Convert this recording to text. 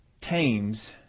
tames